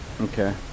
Okay